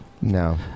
No